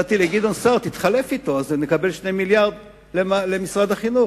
הצעתי לגדעון סער: תתחלף אתו ואז נקבל 2 מיליארדי שקלים למשרד החינוך.